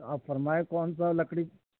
آپ فرمائیں کون سا لکڑی